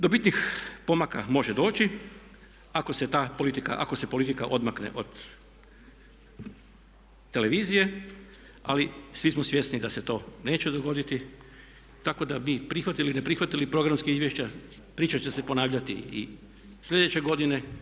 Do bitnih pomaka može doći ako se ta politika odmakne od televizije ali svi smo svjesni da se to neće dogoditi tako da mi prihvatili ili ne prihvatili programska izvješća priča će se ponavljati i sljedeće godine.